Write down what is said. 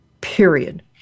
Period